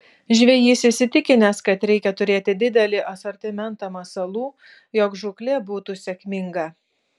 žvejys įsitikinęs kad reikia turėti didelį asortimentą masalų jog žūklė būtų sėkminga